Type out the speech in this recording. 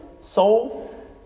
soul